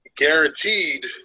Guaranteed